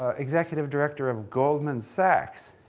executive director of goldman sachs.